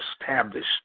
established